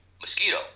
mosquito